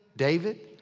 david,